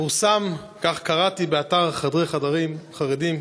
פורסם, כך קראתי באתר "חדרי חרדים",